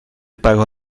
pagó